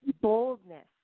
boldness